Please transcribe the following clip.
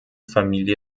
familie